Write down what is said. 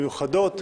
מיוחדות.